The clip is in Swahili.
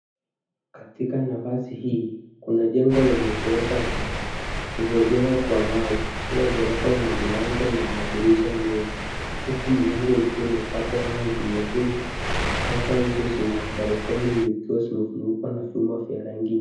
Katika nafasi hii kuna jengo lenye ghorofa tatu lililojengwa kwa mawe. Kila ghorofa lina milango na madirisha mengi, huku milango ikiwa imepakwa rangi nyekundu. Ghorofa hizo zina balcony zikiwa zimefunikwa na vyuma vya rangi.